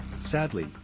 Sadly